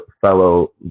fellow